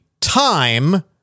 time